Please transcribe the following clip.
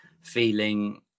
feeling